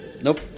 Nope